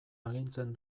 agintzen